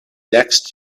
next